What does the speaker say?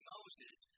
Moses